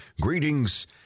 Greetings